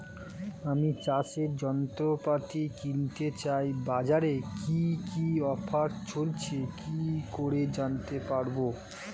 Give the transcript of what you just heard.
আমি চাষের যন্ত্রপাতি কিনতে চাই বাজারে কি কি অফার চলছে কি করে জানতে পারবো?